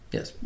Yes